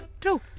True